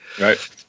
Right